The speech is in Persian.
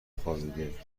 خوابیده